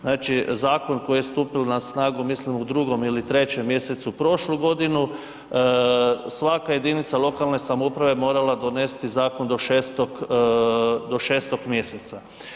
Znači zakon koji je stupio na snagu mislim u 2. ili 3. mjesecu prošlu godinu, svaka jedinica lokalne samouprave morala donesti zakon do 6., do 6. mjeseca.